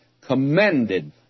commended